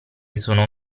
sono